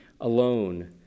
alone